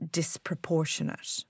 disproportionate